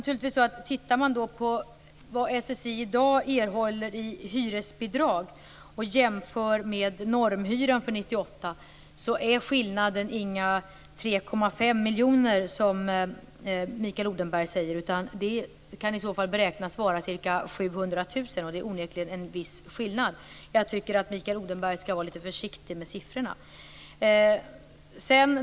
Om man tittar på vad SSI i dag erhåller i hyresbidrag och jämför med normhyran för 1998 finner man att skillnaden inte är några 3,5 miljoner, som Mikael Odenberg säger, utan snarare kan beräknas till ca 700 000 kr. Det är onekligen en viss skillnad. Jag tycker att Mikael Odenberg skall vara litet försiktig med siffrorna.